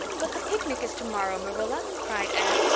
but the picnic is tomorrow, marilla, cried anne.